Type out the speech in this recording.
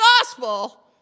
gospel